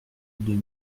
deux